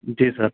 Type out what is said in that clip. जी sir